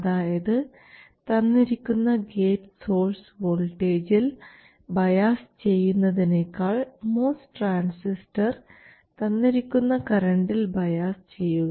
അതായത് തന്നിരിക്കുന്ന gate source വോൾട്ടേജിൽ ബയാസ് ചെയ്യുന്നതിനേക്കാൾ MOS ട്രാൻസിസ്റ്റർ തന്നിരിക്കുന്ന കറണ്ടിൽ ബയാസ് ചെയ്യുക